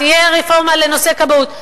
תהיה רפורמה לנושא הכבאות.